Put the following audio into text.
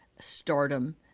stardom